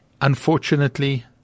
Unfortunately